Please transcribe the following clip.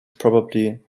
probably